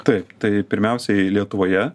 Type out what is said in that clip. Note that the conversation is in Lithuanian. taip tai pirmiausiai lietuvoje